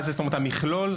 זאת אומרת המכלול,